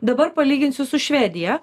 dabar palyginsiu su švedija